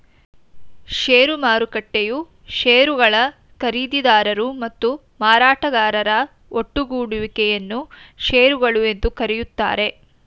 ಷೇರು ಮಾರುಕಟ್ಟೆಯು ಶೇರುಗಳ ಖರೀದಿದಾರರು ಮತ್ತು ಮಾರಾಟಗಾರರ ಒಟ್ಟುಗೂಡುವಿಕೆ ಯನ್ನ ಶೇರುಗಳು ಎಂದು ಕರೆಯುತ್ತಾರೆ